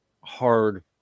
hard